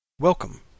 Welcome